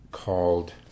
called